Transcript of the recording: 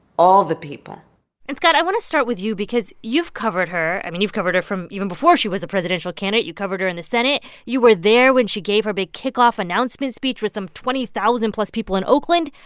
all the people and, scott, i want to start with you because you've covered her. her. i mean, you've covered her from even before she was a presidential candidate. you covered her in the senate. you were there when she gave her big kickoff announcement speech with some twenty thousand plus people in oakland.